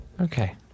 Okay